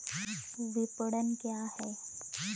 विपणन क्या है?